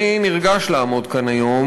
אני נרגש לעמוד כאן היום,